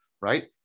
right